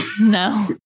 No